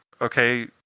okay